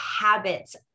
habits